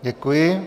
Děkuji.